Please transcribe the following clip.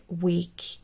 week